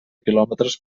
quilòmetres